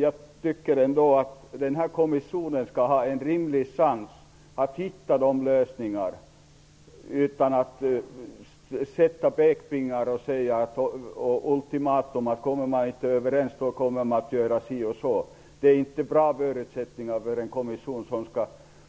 Jag tycker ändå att kommissionen skall ha en rimlig chans att hitta lösningar utan att man höjer pekfingrar och ställer ultimatum att om kommissionen inte kommer överens kommer man att göra si och så. Det är inget bra utgångsläge för en kommission som